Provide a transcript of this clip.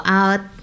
out